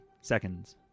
seconds